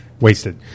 wasted